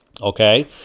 okay